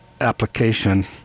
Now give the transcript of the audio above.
application